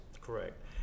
Correct